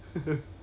shipping eh